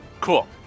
Cool